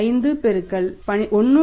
5 பெருத்தல் 1